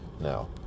Now